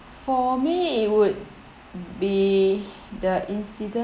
for me it would be the incident